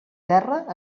terra